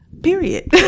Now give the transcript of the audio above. Period